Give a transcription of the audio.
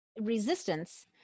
resistance